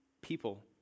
people